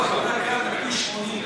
לכביש 80,